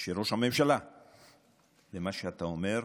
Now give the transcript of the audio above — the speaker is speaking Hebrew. ושל ראש הממשלה למה שאתה אומר,